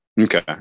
Okay